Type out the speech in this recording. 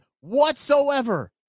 whatsoever